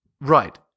Right